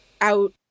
out